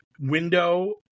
window